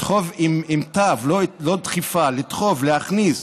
בת', לא דחיפה, לתחוב, להכניס,